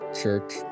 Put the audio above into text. Church